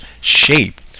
shape